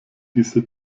diese